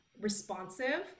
responsive